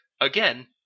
again